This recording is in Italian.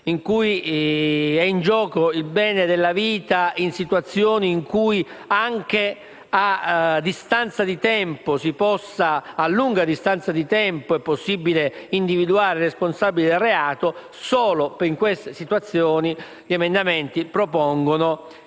in cui è in gioco il bene della vita e in situazioni in cui anche a lunga distanza di tempo è possibile individuare i responsabili del reato (solo in queste situazioni) tali emendamenti propongono